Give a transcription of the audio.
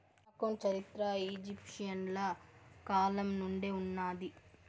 account చరిత్ర ఈజిప్షియన్ల కాలం నుండే ఉన్నాది